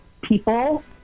people